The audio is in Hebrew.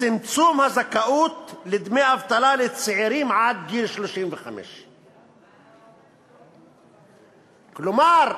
צמצום הזכאות לדמי אבטלה לצעירים עד גיל 35. כלומר,